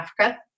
Africa